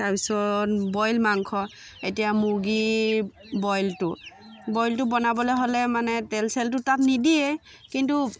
তাৰ পিছত বইল মাংস এতিয়া মুৰ্গীৰ বইলটো বইলটো বনাবলৈ হ'লে মানে তেল চেলটো তাত নিদিয়ে কিন্তু